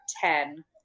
ten